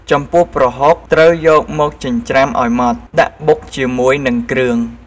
ចំពោះប្រហុកត្រូវយកមកចិញ្ច្រាំឲ្យម៉ដ្ឋ ដាក់បុកជាមួយនឹងគ្រឿង។